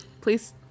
Please